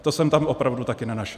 To jsem tam opravdu také nenašel.